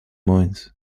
mines